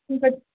ଠିକ୍ ଅଛି